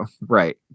right